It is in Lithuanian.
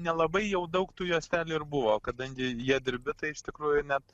nelabai jau daug tų juostelių ir buvo kadangi ja dirbi tai iš tikrųjų net